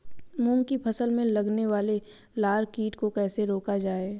मूंग की फसल में लगने वाले लार कीट को कैसे रोका जाए?